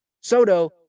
Soto